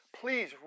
please